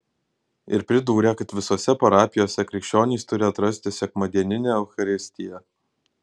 ir pridūrė kad visose parapijose krikščionys turi atrasti sekmadieninę eucharistiją